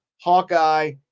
hawkeye